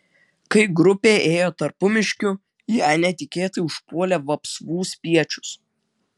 kai grupė ėjo tarpumiškiu ją netikėtai užpuolė vapsvų spiečius